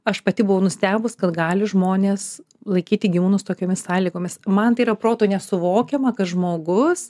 aš pati buvau nustebus kad gali žmonės laikyti gyvūnus tokiomis sąlygomis man tai yra protu nesuvokiama kad žmogus